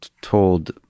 told